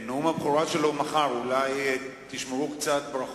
ואף שהצעתי זו לא תעבור לדיון במליאה